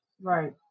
right